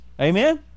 amen